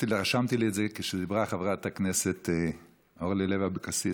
רשמתי לי את זה כשדיברה חברת הכנסת אורלי לוי אבקסיס,